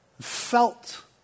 felt